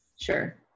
Sure